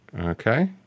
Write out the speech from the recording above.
Okay